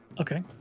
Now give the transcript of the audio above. Okay